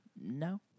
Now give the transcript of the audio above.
No